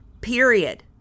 period